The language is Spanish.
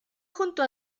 junto